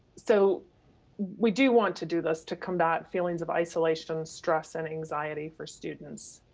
so we do want to do this to combat feelings of isolation, stress and anxiety for students.